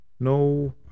No